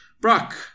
Brock